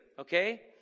okay